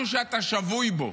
המהלך בושל במלואו.